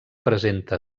presenta